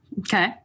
Okay